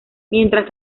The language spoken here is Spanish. mientras